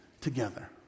together